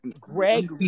Greg